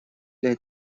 для